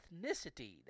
ethnicity